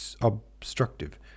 obstructive